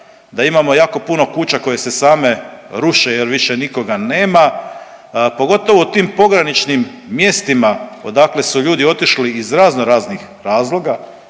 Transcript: da imamo jako puno kuća koje se same ruše jer više nikoga nema, pogotovo u tim pograničnim mjestima odakle su ljudi otišli iz razno raznih razloga